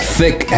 thick